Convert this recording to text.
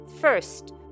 First